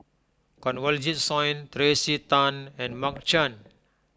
Kanwaljit Soin Tracey Tan and Mark Chan